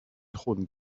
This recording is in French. trône